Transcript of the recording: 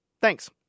Thanks